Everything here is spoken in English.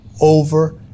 over